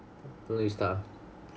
wen le you start ah